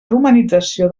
romanització